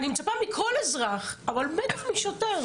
אני מצפה מכל אזרח, אבל בטח משוטר,